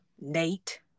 Nate